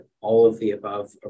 all-of-the-above